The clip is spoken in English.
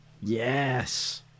Yes